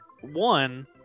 one